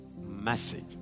message